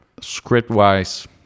Script-wise